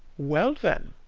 well then,